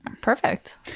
Perfect